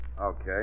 Okay